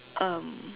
um